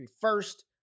first